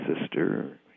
sister